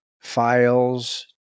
files